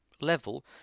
level